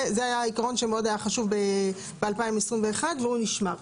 זה היה העיקרון שמאוד היה חשוב ב-2021 והוא נשמר.